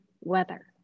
weather